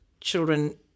children